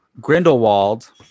Grindelwald